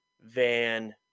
Van